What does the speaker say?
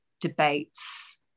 debates